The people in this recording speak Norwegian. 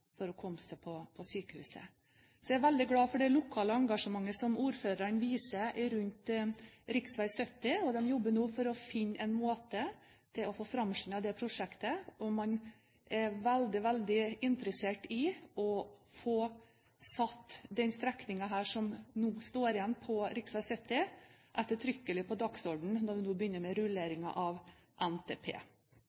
for å komme seg til sykehuset. Jeg er veldig glad for det lokale engasjementet som ordføreren viser rundt rv. 70, og de jobber nå for å finne en måte å få framskyndet det prosjektet på. Man er veldig, veldig interessert i å få satt den strekningen som nå står igjen på rv. 70, ettertrykkelig på dagsordenen når vi nå begynner med